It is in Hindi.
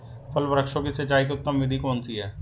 फल वृक्षों की सिंचाई की उत्तम विधि कौन सी है?